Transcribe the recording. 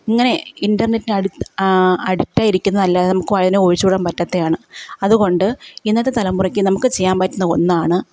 ഇങ്ങനെ ഇൻറർനെറ്റിന് അഡി അഡിക്റ്റ് ആയിരിക്കുന്നതല്ലാതെ നമുക്ക് അതിനെ ഒഴിച്ച് കൂടാൻ പറ്റാത്തതാണ് അതുകൊണ്ട് ഇന്നത്തെ തലമുറയ്ക്ക് നമുക്ക് ചെയ്യാൻ പറ്റുന്ന ഒന്നാണ്